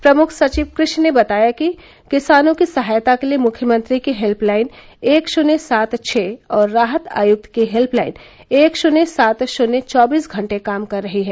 प्रमुख सचिव कृषि ने बताया कि किसानों की सहायता के लिये मुख्यमंत्री की हेल्पलाइन एक शून्य सात छ और राहत आयुक्त की हेल्पलाइन एक शून्य सात शून्य चौबीस घंटे काम कर रही है